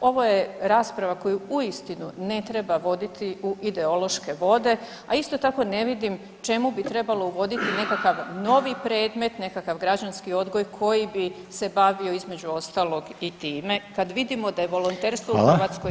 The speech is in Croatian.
ovo je rasprava koju uistinu ne treba voditi u ideološke vode, a isto tako ne vidim čemu bi trebalo uvoditi nekakav novi predmet, nekakav građanski odgoj koji bi se bavio između ostalog i time kad vidimo da je volonterstvo [[Upadica: Hvala.]] u Hrvatskoj na visokoj razini.